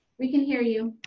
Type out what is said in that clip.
we can hear you.